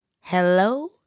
hello